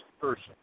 person